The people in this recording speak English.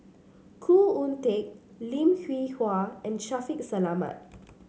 Khoo Oon Teik Lim Hwee Hua and Shaffiq Selamat